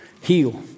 Heal